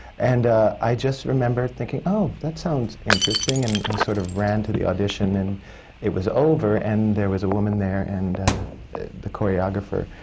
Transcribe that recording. and i just remember thinking, oh, that sounds interesting. and i sort of ran to the audition and it was over. and there was a woman there, the the choreographer,